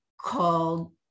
called